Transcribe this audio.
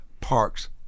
Parks